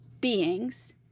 beings